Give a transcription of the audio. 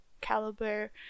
caliber